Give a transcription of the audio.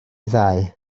ddau